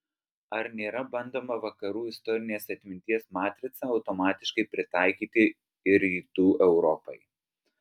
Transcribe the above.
ar nėra bandoma vakarų istorinės atminties matricą automatiškai pritaikyti ir rytų europai